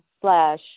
slash